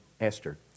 Esther